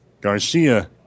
Garcia